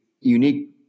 unique